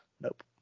Nope